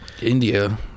India